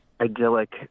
idyllic